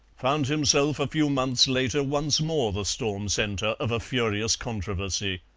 found himself a few months later, once more the storm-centre of a furious controversy.